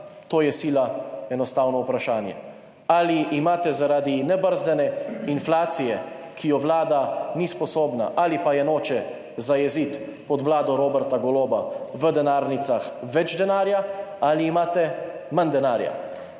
To je sila enostavno vprašanje. Ali imate zaradi nebrzdane inflacije, ki je vlada ni sposobna ali pa je noče zajeziti, pod vlado Roberta Goloba v denarnicah več denarja ali imate manj denarja?